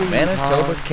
Manitoba